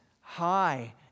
high